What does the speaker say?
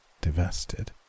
divested